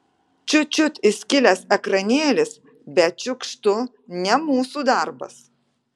čiut čiut įskilęs ekranėlis bet šiukštu ne mūsų darbas